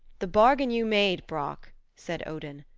the bargain you made, brock, said odin,